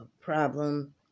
problem